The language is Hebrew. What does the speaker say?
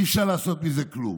אי-אפשר לעשות מזה כלום.